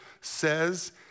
says